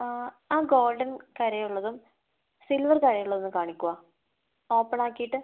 ആ ഗോൾഡൻ കരയുള്ളതും സിൽവർ കരയുള്ളതും ഒന്ന് കാണിക്കുവോ ഓപ്പൺ ആക്കിയിട്ട്